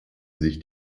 sich